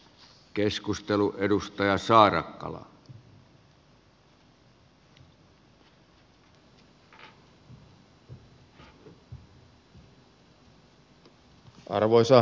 arvoisa herra puhemies